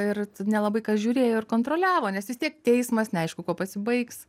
ir nelabai kas žiūrėjo ir kontroliavo nes vis tiek teismas neaišku kuo pasibaigs